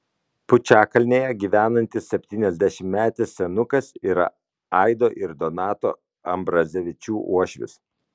pučiakalnėje gyvenantis septyniasdešimtmetis senukas yra aido ir donato ambrazevičių uošvis